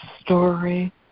story